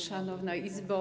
Szanowna Izbo!